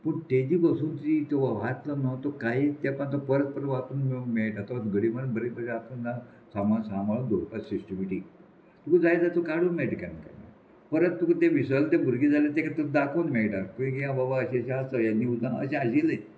पूण तेजी बसून ती तो वाचलो न्हू तो काही तेपान तो परत परत वातून मेळूंक मेळटा तो घडी मारून बरें बरें आतां ना सामा सांबाळून दवरपाक सिस्टमेटीक तुका जाय जाल्या काडूंक मेळटा केन्ना केन्ना परत तुका तें विसर तें भुरगें जालें तेका दाखोवन मेळटा पयलीं ह्या बाबा अशें अशें आसा हें नी उदकान अशें आशिल्लें